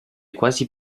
quasi